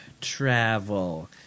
travel